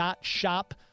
shop